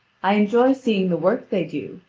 i enjoy seeing the work they do,